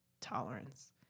tolerance